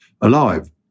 alive